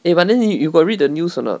eh but then you you got read the news or not